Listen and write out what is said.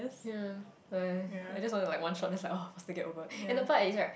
yea I I just only like one shot and that's all must get over and the part is like